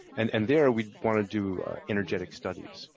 and and there we want to do energetic studies.